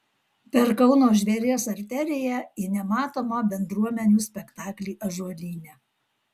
per kauno žvėries arteriją į nematomą bendruomenių spektaklį ąžuolyne